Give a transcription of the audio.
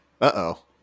Uh-oh